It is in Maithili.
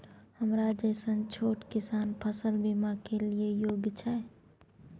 हमरा जैसन छोट किसान फसल बीमा के लिए योग्य छै?